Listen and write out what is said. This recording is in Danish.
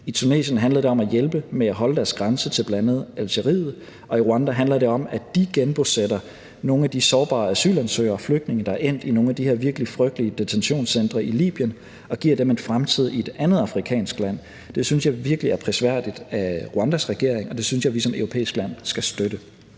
I Tunesien handlede det om at hjælpe med at holde deres grænse til bl.a. Algeriet, og i Rwanda handler det om, at de genbosætter nogle af de sårbare asylansøgere og flygtninge, der er endt i nogle af de her virkelig frygtelige detentionscentre i Libyen, og giver dem en fremtid i et andet afrikansk land. Det synes jeg virkelig er prisværdigt af Rwandas regering, og det synes jeg at vi som europæisk land skal støtte.